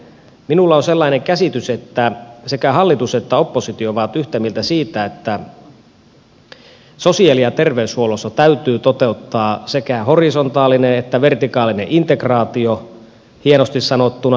minulla on sellainen käsitys että sekä hallitus että oppositio ovat yhtä mieltä siitä että sosiaali ja terveyshuollossa täytyy toteuttaa sekä horisontaalinen että vertikaalinen integraatio hienosti sanottuna